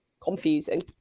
confusing